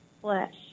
flesh